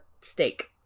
steak